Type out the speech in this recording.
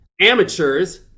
amateurs